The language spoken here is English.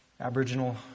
Aboriginal